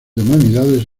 humanidades